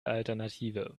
alternative